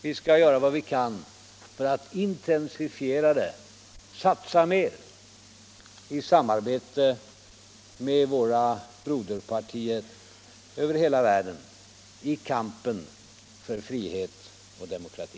Vi skall göra vad vi kan för att intensifiera det, satsa mer i samarbete med våra broderpartier över hela världen i kampen för frihet och demokrati.